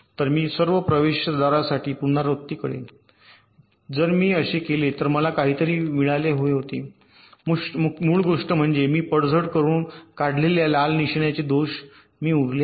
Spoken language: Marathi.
तर मी सर्व प्रवेशद्वारांसाठी पुनरावृत्ती करेन जर मी असे केले तर मला असे काहीतरी मिळाले हे होते मूळ गोष्ट म्हणजे मी पडझड करुन काढलेल्या लाल निशान्याचे दोष मी उरले आहे